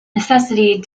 necessity